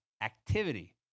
activity